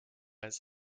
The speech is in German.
als